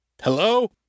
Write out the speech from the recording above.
Hello